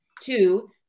Two